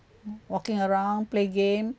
walking around play game